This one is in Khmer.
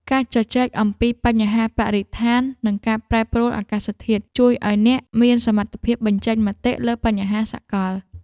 ការជជែកអំពីបញ្ហាបរិស្ថាន និងការប្រែប្រួលអាកាសធាតុ ជួយឱ្យអ្នកមានសមត្ថភាពបញ្ចេញមតិលើបញ្ហាសកល។